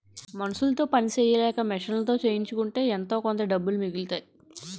మనుసులతో పని సెయ్యలేక మిషన్లతో చేయించుకుంటే ఎంతోకొంత డబ్బులు మిగులుతాయి